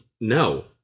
No